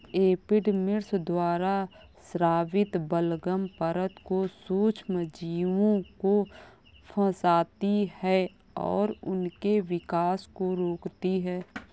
epidermis द्वारा स्रावित बलगम परत जो सूक्ष्मजीवों को फंसाती है और उनके विकास को रोकती है